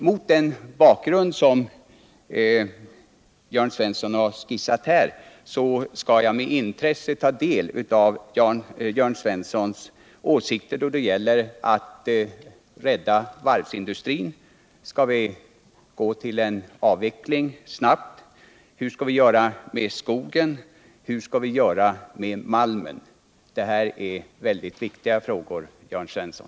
Mot den bakgrund som Jörn Svensson har skisserat här skall jag i fortsättningen med intresse ta del av Jörn Svenssons åsikter då det gäller att rädda varvsindustrin. Skall vi snabbt gå till en avveckling av den? Och hur skall vi göra med skogen? Hur skall vi förfara med malmen” Detta är oerhört viktiga frågor, Jörn Svensson.